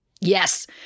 Yes